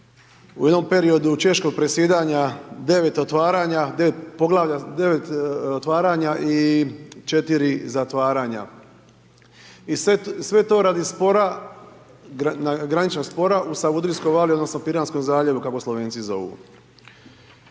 u jednom periodu češkog predsjedanja 9 otvaranja, 9 poglavlja, 9 otvaranja i 4 zatvaranja i sve to radi spora, graničnog spora u Savudrijskoj vali odnosno Piranskom zaljevu kako Slovenci zovu.